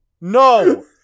No